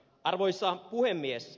arvoisa puhemies